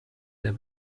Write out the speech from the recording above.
der